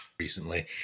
recently